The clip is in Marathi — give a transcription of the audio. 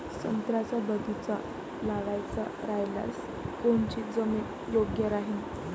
संत्र्याचा बगीचा लावायचा रायल्यास कोनची जमीन योग्य राहीन?